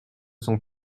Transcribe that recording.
cent